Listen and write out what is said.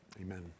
amen